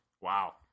Wow